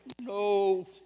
No